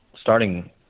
starting